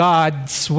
God's